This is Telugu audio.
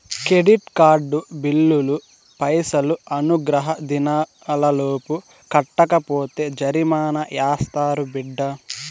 కెడిట్ కార్డు బిల్లులు పైసలు అనుగ్రహ దినాలలోపు కట్టకపోతే జరిమానా యాస్తారు బిడ్డా